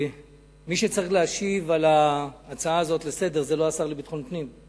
מי שצריך להשיב על ההצעה הזאת לסדר-היום זה לא השר לביטחון פנים,